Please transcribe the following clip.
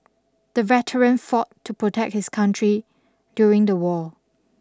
the veteran fought to protect his country during the war